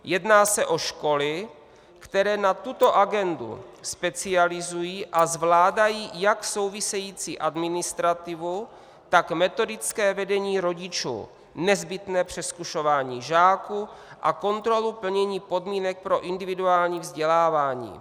Jedná se o školy, které se na tuto agendu specializují a zvládají jak související administrativu, tak metodické vedení rodičů, nezbytné přezkušování žáků a kontrolu plnění podmínek pro individuální vzdělávání.